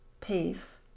peace